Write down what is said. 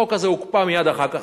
החוק הזה הוקפא מייד אחר כך,